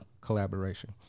collaboration